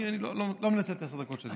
אני לא מנצל את עשר הדקות שלי.